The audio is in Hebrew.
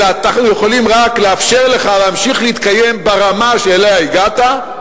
אלא אנחנו יכולים רק לאפשר לך להמשיך להתקיים ברמה שאליה הגעת,